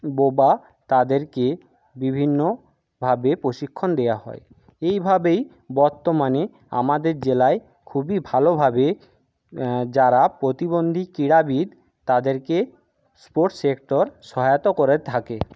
বোবা তাদেরকে বিভিন্নভাবে প্রশিক্ষণ দেওয়া হয় এইভাবেই বর্তমানে আমাদের জেলায় খুবই ভালোভাবে যারা প্রতিবন্ধী ক্রিড়াবিদ তাদেরকে স্পোর্টস সেক্টর সহায়তা করে থাকে